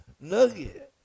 nugget